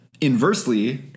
inversely